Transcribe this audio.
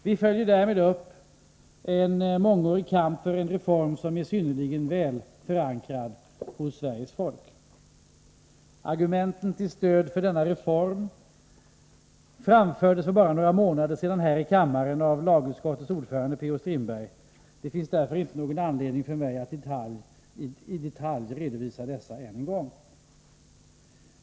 Vi följer därmed upp en mångårig kamp för en reform som är synnerligen väl förankrad hos Sveriges folk. Argumenten till stöd för denna reform framfördes för bara några månader sedan här i kammaren av lagutskottets ordförande Per-Olof Strindberg. Det finns därför inte någon anledning för mig att i detalj redovisa dessa ännu en gång.